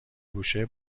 گوشه